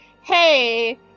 hey